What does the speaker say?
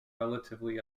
relatively